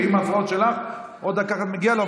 ועם ההפרעות שלך עוד דקה אחת מגיעה לו,